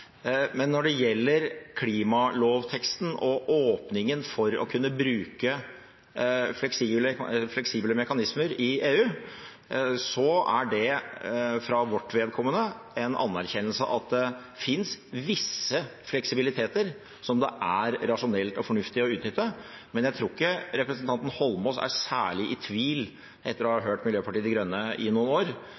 Men jeg tror ikke representanten Eidsvoll Holmås er særlig i tvil om, etter å ha hørt Miljøpartiet De Grønne i noen år,